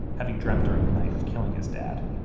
having dreamt during the night of killing his dad